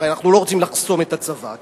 הרי אנחנו לא רוצים לחסום את הצבא,